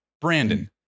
Brandon